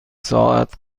ساعت